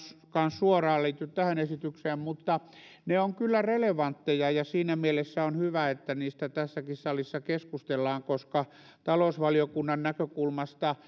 todellakaan suoraan liity tähän esitykseen mutta ne ovat kyllä relevantteja ja siinä mielessä on hyvä että niistä tässäkin salissa keskustellaan koska talousvaliokunnan näkökulmasta